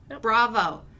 bravo